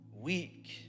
weak